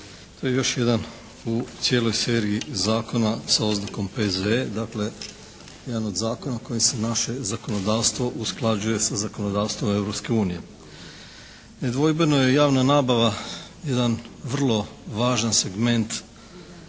To je još jedan u cijeloj seriji zakona sa oznakom P.Z.E. dakle jedan od zakona kojim se naše zakonodavstvo usklađuje sa zakonodavstvom Europske unije. Nedvojbeno je javna nabava jedan vrlo važan segment